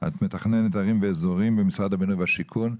מתכננת ערים ואזורים במשרד הבינוי והשיכון,